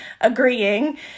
agreeing